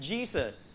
Jesus